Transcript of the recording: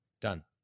done